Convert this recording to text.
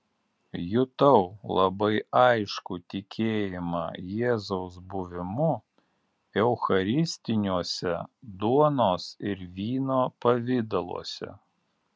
jutau labai aiškų tikėjimą jėzaus buvimu eucharistiniuose duonos ir vyno pavidaluose